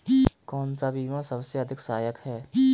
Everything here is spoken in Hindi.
कौन सा बीमा सबसे अधिक सहायक है?